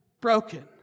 broken